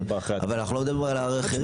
אבל אנחנו לא מדברים על האחרים.